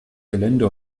gelände